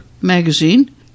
magazine